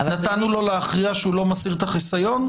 נתנו לו להכריע שהוא לא מסיר את החיסיון,